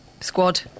squad